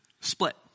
split